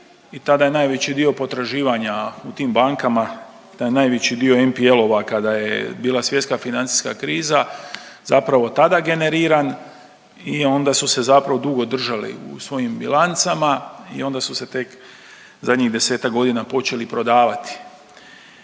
i tada je najveći dio potraživanja u tim bankama, taj najveći dio NPL-ova kada je bila svjetska financijska kriza zapravo tada generiran i onda su se zapravo dugo držali u svojim bilancama i onda su se tek zadnjih 10-tak godina počeli prodavati,